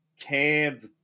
Cans